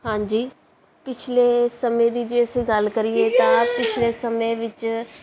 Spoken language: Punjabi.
ਹਾਂਜੀ ਪਿਛਲੇ ਸਮੇਂ ਦੀ ਜੇ ਅਸੀਂ ਗੱਲ ਕਰੀਏ ਤਾਂ ਪਿਛਲੇ ਸਮੇਂ ਵਿੱਚ